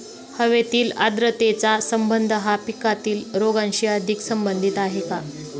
हवेतील आर्द्रतेचा संबंध हा पिकातील रोगांशी अधिक संबंधित आहे का?